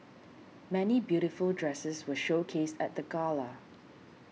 many beautiful dresses were showcased at the gala